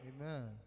Amen